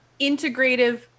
integrative